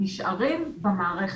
נשארים במערכת,